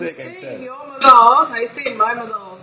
you stay in your mother's house I stay in my mother's house